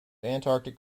antarctic